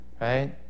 right